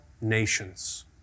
nations